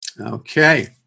Okay